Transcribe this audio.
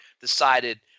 decided